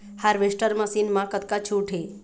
Harvester machine मा कतका छूट हे?